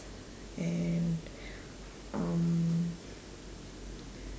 and um